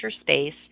space